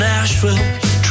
Nashville